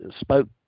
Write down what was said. spoke